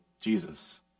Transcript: jesus